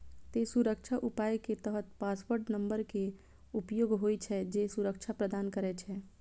तें सुरक्षा उपाय के तहत पासवर्ड नंबर के उपयोग होइ छै, जे सुरक्षा प्रदान करै छै